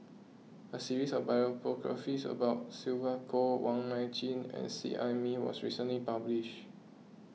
a series of biographies about Sylvia Kho Wong Nai Chin and Seet Ai Mee was recently published